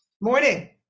Morning